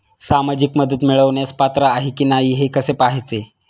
सामाजिक मदत मिळवण्यास पात्र आहे की नाही हे कसे पाहायचे?